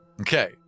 Okay